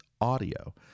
audio